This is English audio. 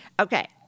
Okay